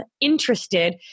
interested